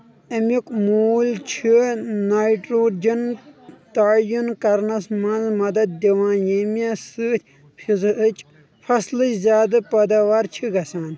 امیُک موٗل چھُ نائٹروجن تعیُن كرنس منز مدد دِوان ییٚمہِ سۭتۍ فضحٕچ فصلٕچ زیادٕ پٲداوار چھِ گژھان